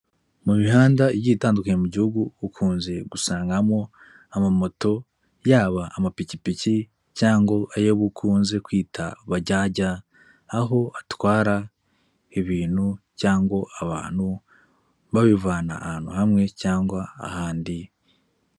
Mu mihanda igiye itandukanye mu gihugu, ukunze gusangamo, amamoto yaba amapikipiki, cyangwa ay'ukunze kwita bajyajya, aho atwara ibintu cyangwa abantu, babivana ahantu hamwe cyangwa ahandi.